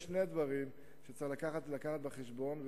יש שני דברים שצריך להביא בחשבון,